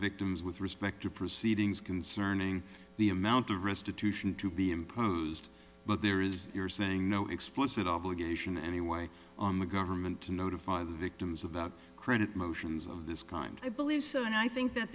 victims with respect to proceedings concerning the amount of restitution to be imposed but there is you're saying no explicit obligation any way on the government to notify the victims about credit motions of this kind i believe sir and i think that